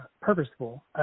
purposeful